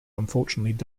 unfortunately